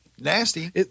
Nasty